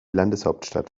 landeshauptstadt